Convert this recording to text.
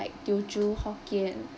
like teochew hokkien